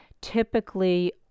typically